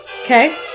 Okay